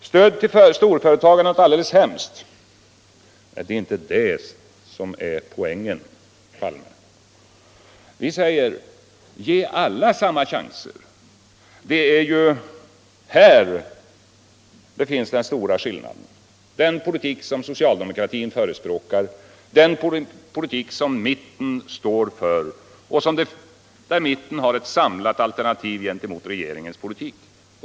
”Stödet till storföretag är något alldeles hemskt” — nej, det är inte det som är poängen, herr Palme. Vi säger: Ge alla samma chanser! Det är här den stora skillnaden går mellan den politik som socialdemokratin förespråkar och den politik som mittenpartierna står för. Mitten har ett samlat alternativ till regeringens politik.